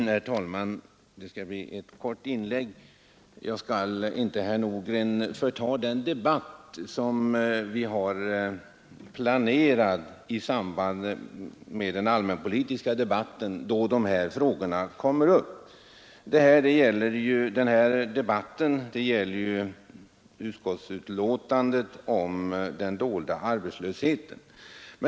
Herr talman! Det skall bli ett kort inlägg. Jag skall inte, herr Nordgren, föregripa den diskussion som vi har planerat i samband med den allmänpolitiska debatten, då dessa frågor kommer upp. Debatten i dag gäller ju utskottsbetänkandet om den dolda arbetslösheten.